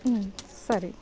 ಹ್ಞೂ ಸರಿ